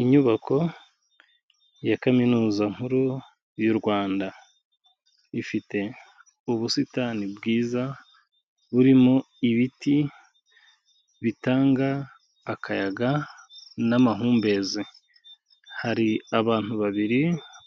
Inyubako ya Kaminuza nkuru y'u Rwanda, ifite ubusitani bwiza burimo ibiti bitanga akayaga n'amahumbezi, hari abantu babiri